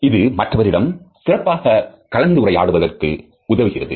இது மற்றவரிடம் சிறப்பாக கலந்துரையாடுவதற்கு உதவுகிறது